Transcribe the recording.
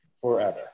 forever